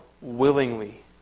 willingly